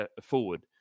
forward